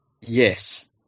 Yes